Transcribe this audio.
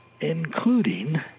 including